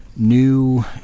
new